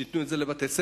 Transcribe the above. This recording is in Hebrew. שייתנו את זה לבתי-ספר,